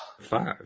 Five